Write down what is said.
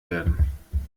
werden